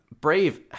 Brave